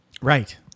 Right